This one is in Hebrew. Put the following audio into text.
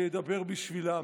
שידבר בשבילם.